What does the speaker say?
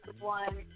one